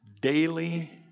daily